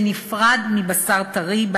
בנפרד מבשר טרי,